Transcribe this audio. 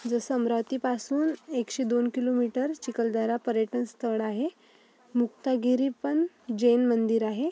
जसं अमरावतीपासून एकशे दोन किलोमीटर चिखलदरा पर्यटनस्थळ आहे मुक्तागिरी पण जैन मंदिर आहे